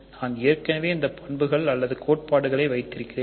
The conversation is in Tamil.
நான் ஏற்கனவே இந்த பண்புகள் அல்லது கோட்பாடுகளை வைத்திருக்கிறேன்